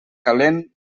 calent